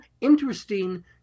interesting